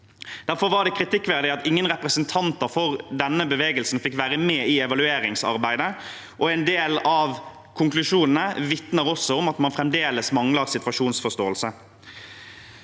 Derfor var det kritikkverdig at ingen representanter for denne bevegelsen fikk være med i evalueringsarbeidet. En del av konklusjonene vitner også om at man fremdeles mangler situasjonsforståelse.